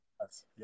Yes